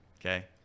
Okay